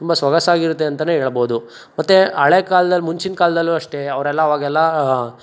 ತುಂಬ ಸೊಗಸಾಗಿ ಇರುತ್ತೆ ಅಂತಲೇ ಹೇಳ್ಬಹುದು ಮತ್ತೆ ಹಳೆ ಕಾಲದಲ್ಲಿ ಮುಂಚಿನ ಕಾಲದಲ್ಲೂ ಅಷ್ಟೇ ಅವರೆಲ್ಲ ಅವಾಗೆಲ್ಲ